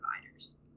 providers